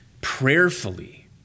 prayerfully